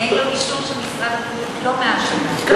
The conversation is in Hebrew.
אין לו אישור של משרד הבריאות לא מהשנה.